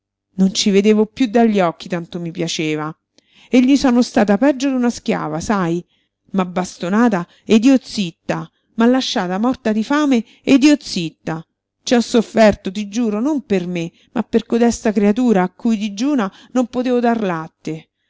non ci vedevo piú dagli occhi tanto mi piaceva e gli sono stata peggio d'una schiava sai m'ha bastonata ed io zitta m'ha lasciata morta di fame ed io zitta ci ho sofferto ti giuro non per me ma per codesta creatura a cui digiuna non potevo dar latte